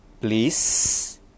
Please